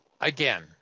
again